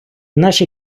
наші